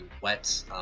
wet